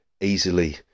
easily